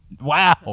Wow